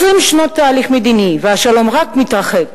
20 שנות תהליך מדיני, והשלום רק מתרחק.